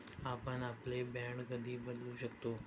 आपण आपले बाँड कधी बदलू शकतो?